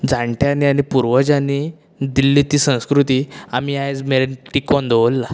जाणट्यांनी आनी पुर्वज्यांनी दिल्ली तीं संस्कृती आमी आयज मेरेन टिकोवन दवरलां